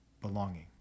belonging